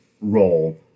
role